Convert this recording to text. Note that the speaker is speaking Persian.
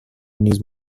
نیز